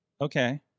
okay